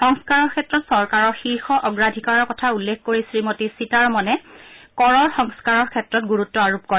সংস্কাৰৰ ক্ষেত্ৰত চৰকাৰৰ শীৰ্ষ অগ্ৰাধিকাৰৰ কথা উল্লেখ কৰি শ্ৰীমতী সীতাৰমনে কৰৰ সংস্কাৰৰ ক্ষেত্ৰত গুৰুত্ব আৰোপ কৰে